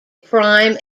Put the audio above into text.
prime